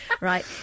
right